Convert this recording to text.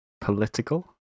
political